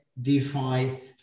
DeFi